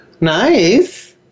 Nice